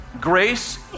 grace